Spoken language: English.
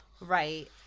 Right